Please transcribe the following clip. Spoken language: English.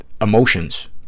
emotions